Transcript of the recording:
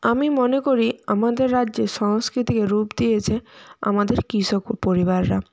আমি মনে করি আমাদের রাজ্যে সাংস্কৃতিক রূপ দিয়েছে আমাদের কৃষক পরিবাররা